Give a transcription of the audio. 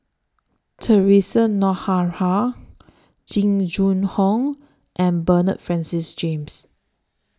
Theresa Jing Jun Hong and Bernard Francis James